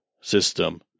system